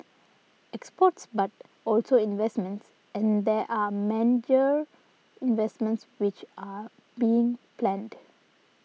exports but also investments and there are major investments which are being planned